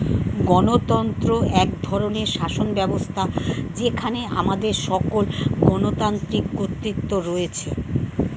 গণতন্ত্র এক ধরনের শাসনব্যবস্থা যেখানে আমাদের সকল গণতান্ত্রিক কর্তৃত্ব রয়েছে